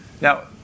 Now